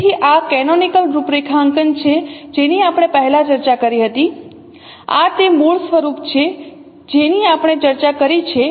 તેથી આ કેનોનિકલ રૂપરેખાંકન છે જેની આપણે પહેલાં ચર્ચા કરી હતી આ તે મૂળ સ્વરૂપ છે જેની આપણે ચર્ચા કરી છે